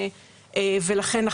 ולכן,